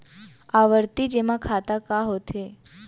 आवर्ती जेमा खाता का होथे?